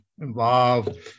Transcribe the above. involved